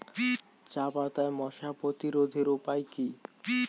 চাপাতায় মশা প্রতিরোধের উপায় কি?